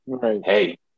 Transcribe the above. hey